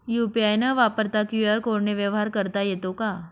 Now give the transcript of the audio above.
UPI न वापरता QR कोडने व्यवहार करता येतो का?